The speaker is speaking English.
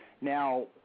Now